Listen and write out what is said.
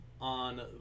on